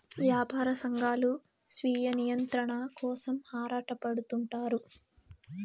యాపార సంఘాలు స్వీయ నియంత్రణ కోసం ఆరాటపడుతుంటారు